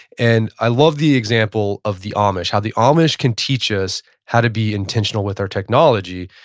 and i love the example of the amish, how the amish can teach us how to be intentional with our technology.